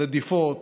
רדיפות,